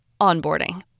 onboarding